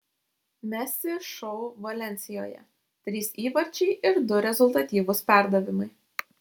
messi šou valensijoje trys įvarčiai ir du rezultatyvūs perdavimai